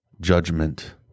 judgment